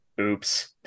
oops